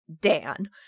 dan